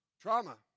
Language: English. Trauma